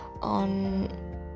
on